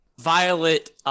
violet